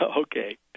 Okay